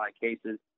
Cases